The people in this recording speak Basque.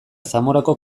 zamorako